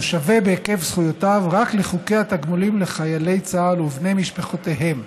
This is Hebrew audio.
והוא שווה בהיקף זכויותיו רק לחוק התגמולים לחיילי צה"ל ובני משפחותיהם.